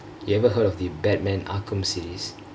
you ever heard of the batman arkham series